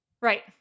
Right